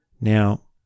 Now